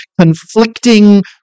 conflicting